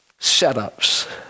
setups